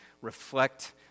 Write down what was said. reflect